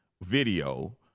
video